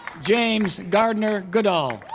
james gardner goodall